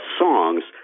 songs